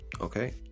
okay